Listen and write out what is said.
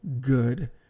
good